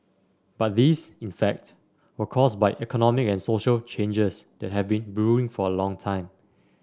but these in fact were caused by economic and social changes that have been brewing for a long time